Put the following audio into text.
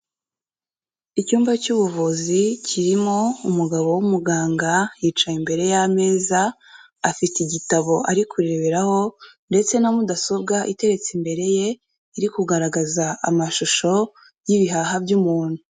Icyumba cy'ubuvuzi kirimo umugabo w'umuganga yicaye imbere y'ameza, afite igitabo ari kureberaho ndetse na mudasobwa iteretse imbere ye iri kugaragaza amashusho y'ibihaha by'umuntu.